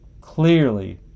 clearly